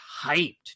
hyped